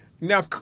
now